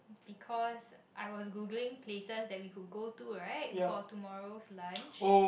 because I was Google places that we could go to right for tomorrows lunch